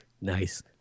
Nice